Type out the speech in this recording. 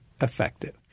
effective